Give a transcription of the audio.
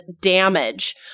damage